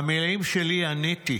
המילים שלי", עניתי.